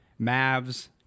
Mavs